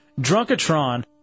Drunkatron